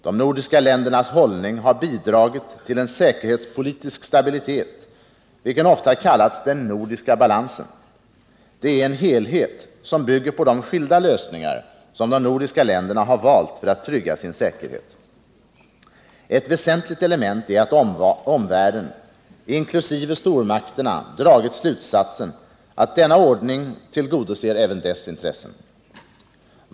De nordiska ländernas hållning har bidragit till en säkerhetspolitisk stabilitet, vilken ofta kallats den nordiska balansen. Det är en helhet som bygger på de skilda lösningar som de nordiska länderna har valt för att trygga sin säkerhet. Ett väsentligt element är att omvärlden, inkl. stormakterna, dragit slutsatsen att denna ordning tillgodoser även dess intressen.